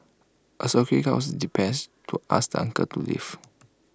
A security guard was dispatched to ask the uncle to leave